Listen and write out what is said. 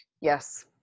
Yes